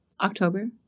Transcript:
October